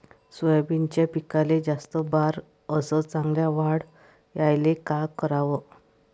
सोयाबीनच्या पिकाले जास्त बार अस चांगल्या वाढ यायले का कराव?